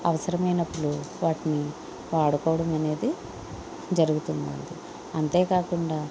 అవసరమైనప్పుడు వాటిని వాడుకోవడం అనేది జరుగుతుంది అంతేకాకుండా